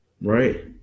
right